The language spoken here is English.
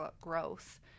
growth